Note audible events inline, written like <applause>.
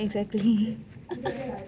exactly <laughs>